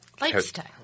Lifestyle